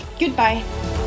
Goodbye